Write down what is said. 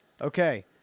Okay